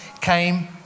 came